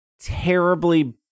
terribly